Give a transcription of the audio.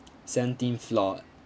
seventeenth floor